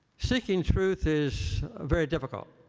seeking truth is a very difficult.